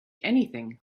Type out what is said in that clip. anything